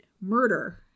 murder